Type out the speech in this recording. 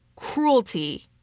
cruelty.